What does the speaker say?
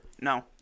No